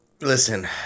Listen